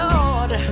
Lord